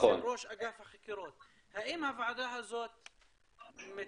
בעצם ראש אגף החקירות, האם הוועדה הזאת מתפקדת,